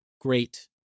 great